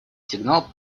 сигнал